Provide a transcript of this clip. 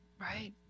Right